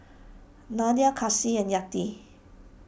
Nadia Kasih and Yati